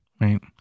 right